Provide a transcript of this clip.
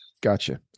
Gotcha